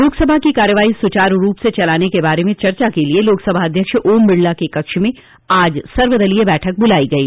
लोकसभा की कार्यवाही सुचारू ढंग से चलाने के बारे में चर्चा के लिए लोकसभा अध्यक्ष ओम बिडला के कक्ष में आज सर्वदलीय बैठक बुलाई गई